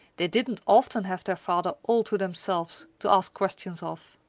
they didn't often have their father all to themselves, to ask questions of.